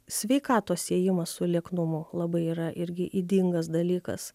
sveikatos siejimas su lieknumu labai yra irgi ydingas dalykas